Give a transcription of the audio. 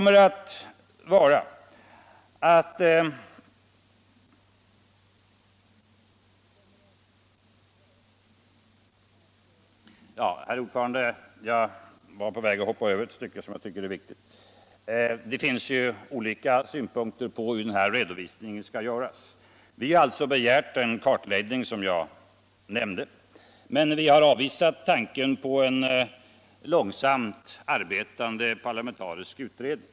En sådan kartläggning kan inte göras en gång för alla. Därför har vi avvisat tanken på cen långsamt arbetande parlamentarisk utredning.